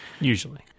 Usually